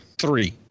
Three